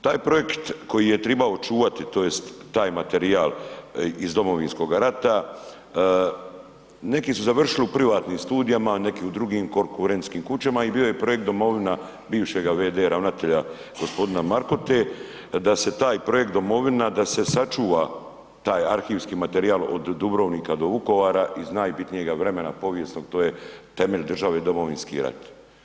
Taj projekt koji je tribao čuvati tj. taj materijal iz Domovinskoga rata neki su završili u privatnim studijima, neki u drugim konkurentskim kućama i bio je projekt „Domovina“ bivšega v.d. ravnatelja gospodina Markote da se taj „Domovina“ da se sačuva taj arhivski materijal od Dubrovnika do Vukovara iz najbitnijeg vremena povijesnog to je temelj države, Domovinski rat.